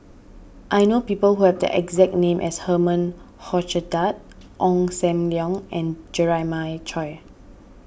I know people who have the exact name as Herman Hochstadt Ong Sam Leong and Jeremiah Choy